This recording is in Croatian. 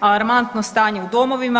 Alarmantno stanje u domovima.